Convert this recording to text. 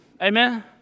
amen